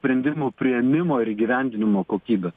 sprendimų priėmimo ir įgyvendinimo kokybė